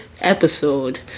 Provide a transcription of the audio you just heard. episode